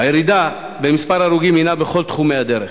הירידה במספר ההרוגים הינה בכל תחומי הדרך,